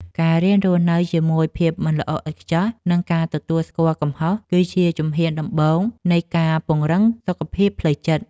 ការរៀនរស់នៅជាមួយភាពមិនល្អឥតខ្ចោះ និងការទទួលស្គាល់កំហុស គឺជាជំហានដំបូងនៃការពង្រឹងសុខភាពផ្លូវចិត្ត។